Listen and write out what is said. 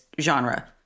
genre